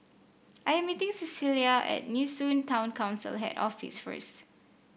I am meeting Cecelia at Nee Soon Town Council Head Office first